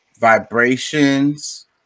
Vibrations